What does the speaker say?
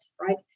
right